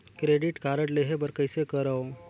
Credit card लेहे बर कइसे करव?